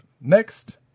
Next